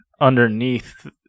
underneath